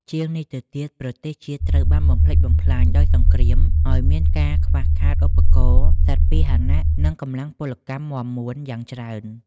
ជាងនេះទៅទៀត ប្រទេសជាតិត្រូវបានបំផ្លិចបំផ្លាញដោយសង្គ្រាម ហើយមានការ ខ្វះខាតឧបករណ៍ សត្វពាហនៈ និងកម្លាំងពលកម្មមាំមួនយ៉ាងច្រើន។